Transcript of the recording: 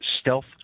stealth